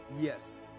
Yes